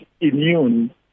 immune